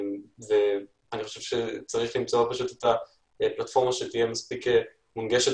אז צריך למצוא את הפלטפורמה שתהיה מספיק מונגשת